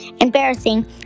embarrassing